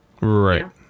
Right